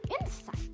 inside